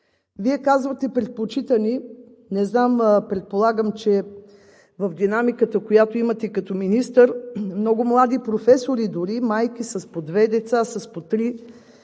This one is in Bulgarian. Вие казвате: „предпочитани“. Не знам. Предполагам, че в динамиката, която имате като министър, много млади професори дори, майки с по две деца, с по три казват,